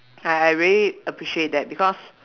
I I really appreciate that because